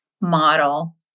model